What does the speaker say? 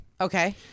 Okay